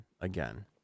again